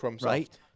right